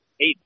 eight